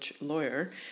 lawyer